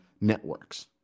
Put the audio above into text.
Networks